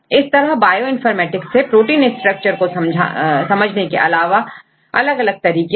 इस तरह बायोइनफॉर्मेटिक्स से प्रोटीन स्ट्रक्चर को समझने के अलग अलग तरीके हैं